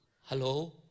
Hello